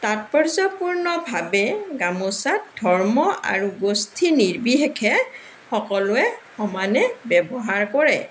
তাৎপৰ্যপূৰ্ণভাৱে গামোচাত ধৰ্ম আৰু গোষ্ঠী নিৰ্বিশেষে সকলোৱে সমানে ব্যৱহাৰ কৰে